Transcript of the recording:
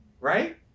Right